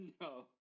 No